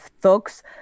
thugs